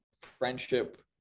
friendship